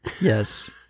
Yes